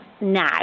now